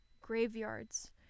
graveyards